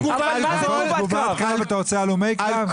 במקום תגובת קרב אתה רוצה הלומי קרב?